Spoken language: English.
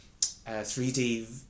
3D